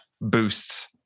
boosts